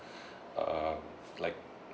uh like